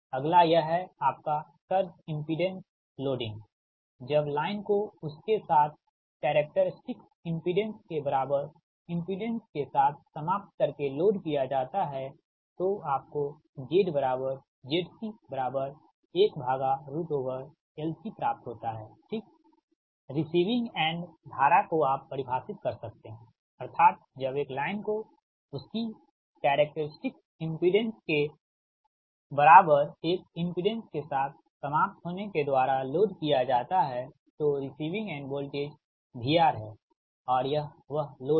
अगला यह हैआपका सर्ज इमपिडेंस लोडिंग जब लाइन को उसके कैरेक्टेरिस्टिक इमपिडेंस के बराबर इमपिडेंस के साथ समाप्त करके लोड किया जाता है तो आपको ZZC1LC प्राप्त होता है ठीक रिसीविंग एंड धारा को आप परिभाषित कर सकते हैअथार्त जब एक लाइन को उसकी कैरेक्टेरिस्टिक इमपिडेंस के बराबर एक इमपिडेंस के साथ समाप्त होने के द्वारा लोड किया जाता है तो रिसीविंग एंड वोल्टेज VR है और यह वह लोड है